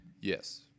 Yes